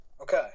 Okay